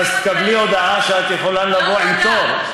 אז תקבלי הודעה שאת יכולה לבוא עם תור.